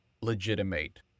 legitimate